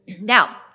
Now